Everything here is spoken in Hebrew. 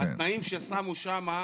התנאים ששמו שם,